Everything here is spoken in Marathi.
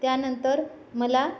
त्यानंतर मला